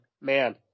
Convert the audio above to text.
man